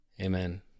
Amen